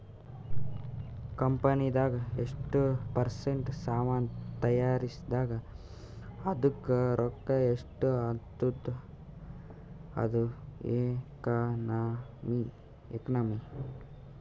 ಕಂಪನಿದಾಗ್ ಎಷ್ಟ ಪರ್ಸೆಂಟ್ ಸಾಮಾನ್ ತೈಯಾರ್ಸಿದಿ ಅದ್ದುಕ್ ರೊಕ್ಕಾ ಎಷ್ಟ ಆತ್ತುದ ಅದು ಎಕನಾಮಿ